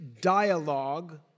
dialogue